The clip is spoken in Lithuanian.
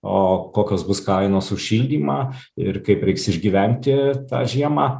o kokios bus kainos už šildymą ir kaip reiks išgyventi tą žiemą